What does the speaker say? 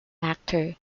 actor